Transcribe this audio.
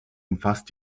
umfasst